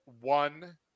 one